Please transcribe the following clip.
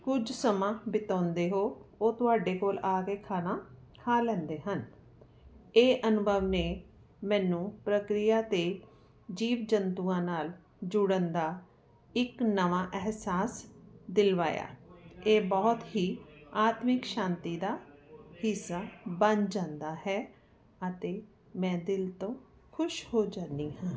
ਕੁਝ ਸਮਾਂ ਬਿਤਾਉਂਦੇ ਹੋ ਉਹ ਤੁਹਾਡੇ ਕੋਲ ਆ ਕੇ ਖਾਣਾ ਖਾ ਲੈਂਦੇ ਹਨ ਇਹ ਅਨੁਭਵ ਨੇ ਮੈਨੂੰ ਪ੍ਰਕਿਰਿਆ ਤੇ ਜੀਵ ਜੰਤੂਆਂ ਨਾਲ ਜੋੜਨ ਦਾ ਇੱਕ ਨਵਾਂ ਅਹਿਸਾਸ ਦਿਲਵਾਇਆ ਇਹ ਬਹੁਤ ਹੀ ਆਤਮਿਕ ਸ਼ਾਂਤੀ ਦਾ ਹਿੱਸਾ ਬਣ ਜਾਂਦਾ ਹੈ ਅਤੇ ਮੈਂ ਦਿਲ ਤੋਂ ਖੁਸ਼ ਹੋ ਜਾਂਦੀ ਹਾਂ